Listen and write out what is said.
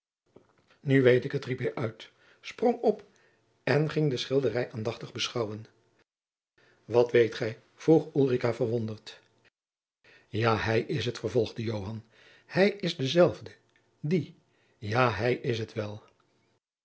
nu weet ik het riep hij uit sprong op en ging de schilderij aandachtig beschouwen wat weet gij vroeg ulrica verwonderd ja hij is het vervolgde joan het is dezelfde die ja hij is het wel